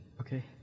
Okay